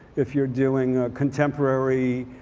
if you're doing a contemporary,